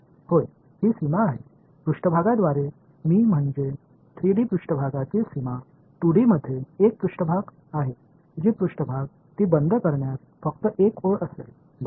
होय ही सीमा आहे पृष्ठभागाद्वारे मी म्हणजे 3 डी पृष्ठभागाची सीमा 2 डी मध्ये एक पृष्ठभाग आहे जी पृष्ठभाग ती बंद करण्यात फक्त एक ओळ असेल बरोबर